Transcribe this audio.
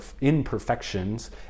imperfections